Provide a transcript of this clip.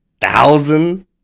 thousand